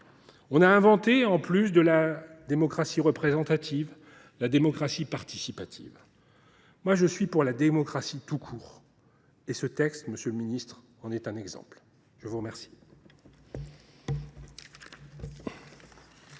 On a inventé, en sus de la démocratie représentative, la démocratie participative. Quant à moi, je suis pour la démocratie tout court. Ce texte, monsieur le ministre, en est un exemple. La parole